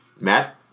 Matt